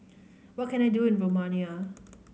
what can I do in Romania